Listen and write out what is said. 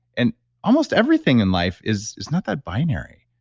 and almost everything in life is is not that binary